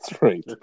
right